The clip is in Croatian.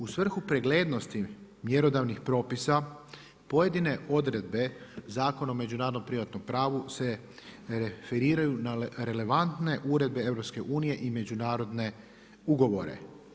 U svrhu preglednosti mjerodavnih propisa pojedine odredbe Zakona o međunarodnom privatnom pravu se referiraju na relevantne uredbe EU i međunarodne ugovore.